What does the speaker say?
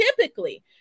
typically